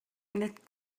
that